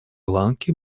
ланки